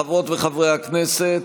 חברות וחברי הכנסת,